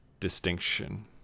distinction